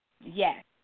Yes